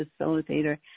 facilitator